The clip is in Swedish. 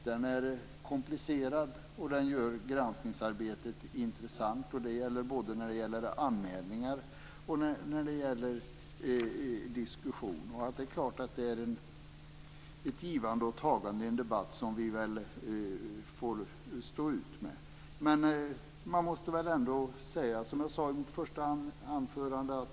Den är komplicerad, och den gör granskningsarbetet intressant. Det gäller både anmälningar och diskussioner. Det är klart att det är ett givande och ett tagande i en debatt, och det får vi stå ut med. Men man måste ändå säga som jag sade i mitt första anförande.